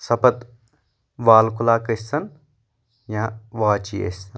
سۄ پتہٕ wall clock ٲسۍ تَن یا واچی ٲسۍ تَن